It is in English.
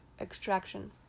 extraction